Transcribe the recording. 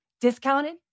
Discounted